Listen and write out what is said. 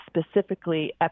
specifically